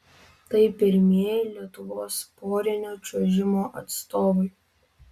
tai pirmieji lietuvos porinio čiuožimo atstovai